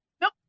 Nope